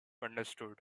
understood